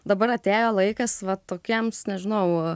dabar atėjo laikas va tokiems nežinau